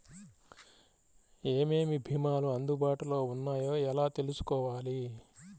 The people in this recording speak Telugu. ఏమేమి భీమాలు అందుబాటులో వున్నాయో ఎలా తెలుసుకోవాలి?